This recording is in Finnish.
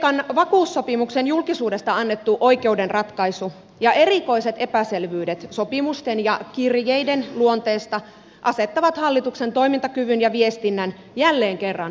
kreikan vakuussopimuksen julkisuudesta annettu oikeuden ratkaisu ja erikoiset epäselvyydet sopimusten ja kirjeiden luonteesta asettavat hallituksen toimintakyvyn ja viestinnän jälleen kerran kyseenalaiseen valoon